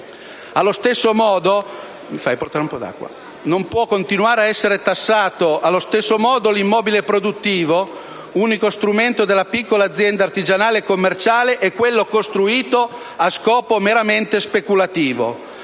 Inoltre, non può continuare a essere tassato allo stesso modo l'immobile produttivo, unico strumento della piccola azienda artigianale e commerciale, e quello costruito a scopo meramente speculativo.